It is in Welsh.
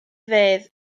fedd